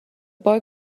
boy